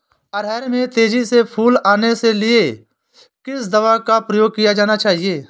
अरहर में तेजी से फूल आने के लिए किस दवा का प्रयोग किया जाना चाहिए?